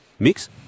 Mix